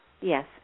Yes